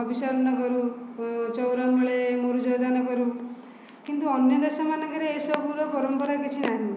ହବିଷାର୍ନ୍ନ କରୁ ଚଉରାମୂଳେ ମୁରୁଜ ଦାନ କରୁ କିନ୍ତୁ ଅନ୍ୟ ଦେଶମାନଙ୍କରେ ଏଇ ସବୁର ପରମ୍ପରା କିଛି ନାହିଁ